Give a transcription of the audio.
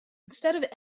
instead